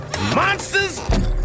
Monsters